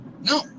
No